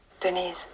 denise